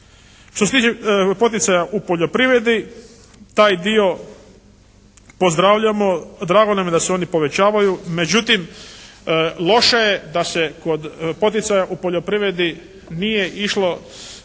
Što se tiče poticaja u poljoprivredi taj dio pozdravljamo. Drago nam je da se oni povećavaju međutim loše je da se kod poticaja u poljoprivredi nije išlo